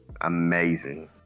Amazing